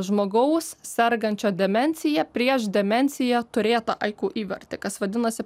žmogaus sergančio demencija prieš demenciją turėtą aiku įvardį kas vadinasi